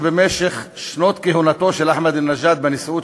מכובדי נשיא הרפובליקה,